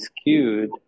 skewed